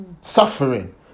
suffering